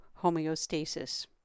homeostasis